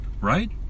right